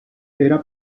era